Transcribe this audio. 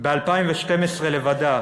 ב-2012 לבדה